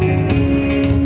man